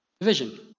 division